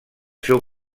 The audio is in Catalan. seu